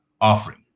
offering